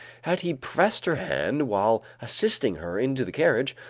had he pressed her hand while assisting her into the carriage,